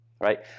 right